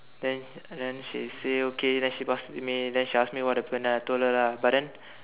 then then she say okay then she pass to me then she ask me what happend ah then I told her lah but then